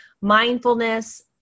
mindfulness